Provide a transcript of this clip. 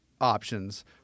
options